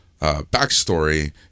Backstory